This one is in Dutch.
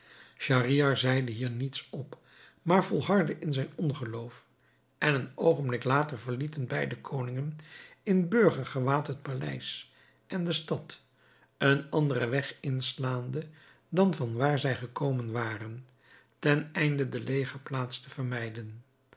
schahriar zeide hier niets op maar volhardde in zijn ongeloof en een oogenblik later verlieten beide koningen in burgergewaad het paleis en de stad een anderen weg inslaande dan van waar zij gekomen waren ten einde de legerplaats te vermijden